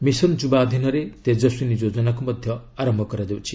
mission ଯୁବା ଅଧୀନରେ ତେଜସ୍ୱିନୀ ଯୋଜନାକୁ ମଧ୍ୟ ଆରୟ କରାଯାଉଛି